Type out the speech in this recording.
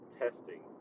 testing